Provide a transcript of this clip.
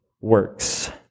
works